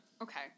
Okay